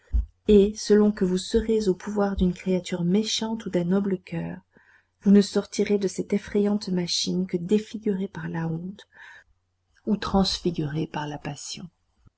et selon que vous serez au pouvoir d'une créature méchante ou d'un noble coeur vous ne sortirez de cette effrayante machine que défiguré par la honte ou transfiguré par la passion